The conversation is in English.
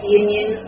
union